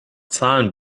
zahlen